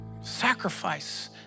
Sacrifice